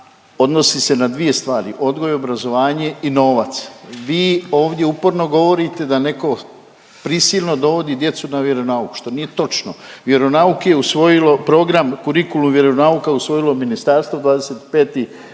odnosi se na dvije stvari, odgoj i obrazovanje i novac. Vi ovdje uporno govorite da neko prisilno dovodi djecu na vjeronauk, što nije točno. Vjeronauk je usvojilo, program kurikulum vjeronauka je usvojilo ministarstvo 25. siječnja